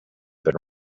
been